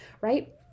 right